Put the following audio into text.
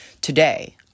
today